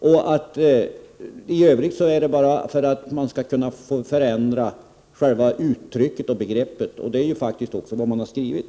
I övrigt gäller det bara att förändra själva uttrycket och begreppet, och det är faktiskt också vad man har skrivit.